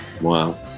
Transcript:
Wow